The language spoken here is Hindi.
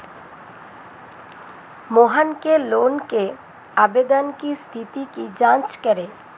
मोहन के लोन के आवेदन की स्थिति की जाँच करें